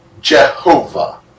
Jehovah